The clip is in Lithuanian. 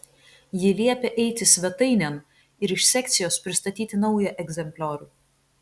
ji liepia eiti svetainėn ir iš sekcijos pristatyti naują egzempliorių